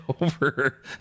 over